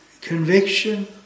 conviction